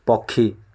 ପକ୍ଷୀ